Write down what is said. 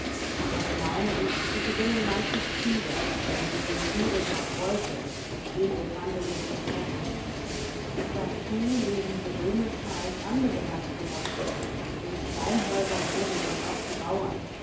doch meine ich sie gewinnen manches wieder denn sie sind rührig nach beute und verstehen den handel mit den krämern dazu leben sie römischer als andere landgenossen in steinhäusern wohnen dort auch die bauern